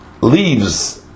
leaves